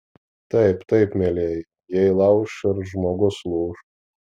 taip taip mielieji jei lauš ir žmogus lūš